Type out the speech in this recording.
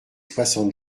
soixante